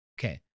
Okay